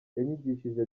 yanyigishije